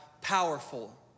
powerful